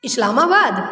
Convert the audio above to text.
Islamabad